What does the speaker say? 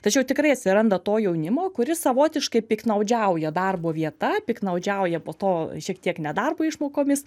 tačiau tikrai atsiranda to jaunimo kuris savotiškai piktnaudžiauja darbo vieta piktnaudžiauja po to šiek tiek nedarbo išmokomis